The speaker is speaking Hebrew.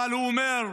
אבל הוא אומר,